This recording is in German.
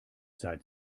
seit